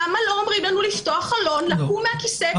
למה לא אומרים לנו לפתוח חלון ולקום הכיסא?